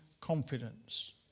confidence